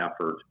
effort